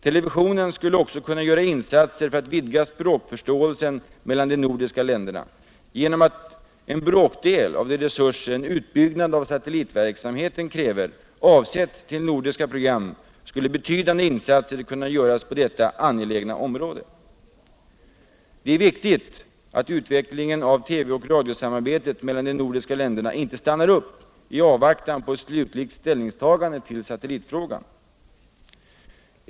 Televisionen skulle också kunna göra insatser för att vidga språk förståelsen mellan de nordiska länderna. Genom att en bråkdel av de resurser, som en utbyggnad av satellitverksamheten kräver, avsätts till nordiska program skulle betydande insatser kunna göras på detta angelägna område. Det är viktigt att utvecklingen av TV och radiosamarbetet mellan de nordiska länderna inte stannar upp i avvaktan på ett slutligt ställningstagande ull satellitfrågan.